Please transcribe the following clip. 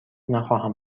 نخواهم